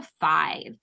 five